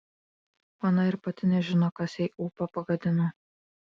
ona ir pati nežino kas jai ūpą pagadino